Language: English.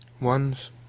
Ones